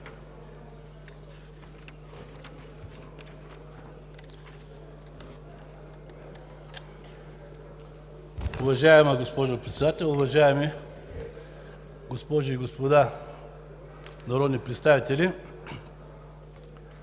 Уважаема госпожо Председател, госпожи и господа народни представители!